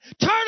Turn